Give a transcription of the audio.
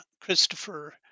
Christopher